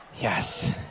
Yes